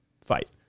fight